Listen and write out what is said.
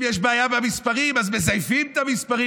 אם יש בעיה במספרים, אז מזייפים את המספרים.